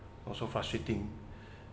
also frustrating